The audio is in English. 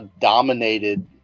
dominated –